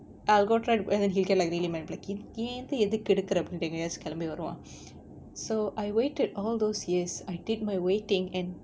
I'll go try to என் இத எதுக்கு எடுக்குற அப்டினு எங்கயாச்சு கெளம்பி வருவான்:en itha ethukku apdinu engayachu kelambi varuvaan so I waited all those years I did my waiting and